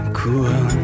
cool